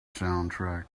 soundtrack